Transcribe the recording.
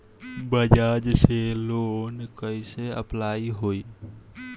बज़ाज़ से लोन कइसे अप्लाई होई?